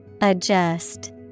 Adjust